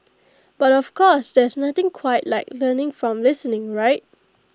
but of course there's nothing quite like learning from listening right